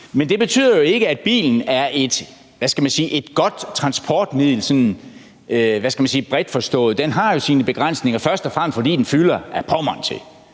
Men det betyder jo ikke, at bilen er et – hvad skal man sige – godt transportmiddel sådan bredt forstået. Den har jo sine begrænsninger, først og fremmest fordi den fylder ad Pommern til.